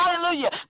Hallelujah